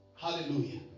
Hallelujah